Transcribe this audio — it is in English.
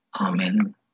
Amen